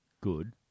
Good